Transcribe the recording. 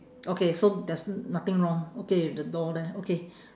okay so there's nothing wrong okay with the door there okay